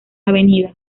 avenida